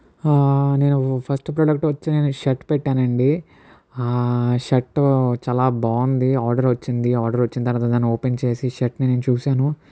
ఆ నేను first product వచ్చి నేను షర్ట్ పెట్టానండీ షర్ట్ చాలా బాగంది ఆర్డర్ వచ్చింది ఆర్డర్ వచ్చిన తర్వాత దాన్ని ఓపెన్ చేసి షర్ట్ని నేను చూసాను